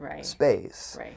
space